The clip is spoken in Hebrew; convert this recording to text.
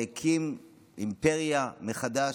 והקים אימפריה מחדש,